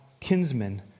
kinsmen